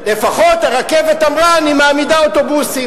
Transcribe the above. לפחות הרכבת אמרה: אני מעמידה אוטובוסים,